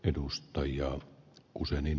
edustajia useammin